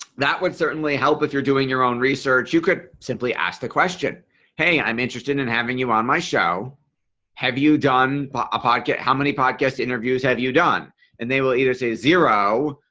that would certainly, help if you're doing your own research you could simply ask the question hey i'm interested in and having you on my show have you done a podcast. how many podcast interviews have you done and they will either say zero.